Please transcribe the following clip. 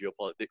geopolitics